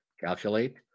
calculate